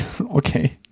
okay